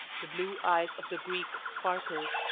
the blue eyes of the greek sparkled.